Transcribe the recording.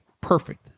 perfect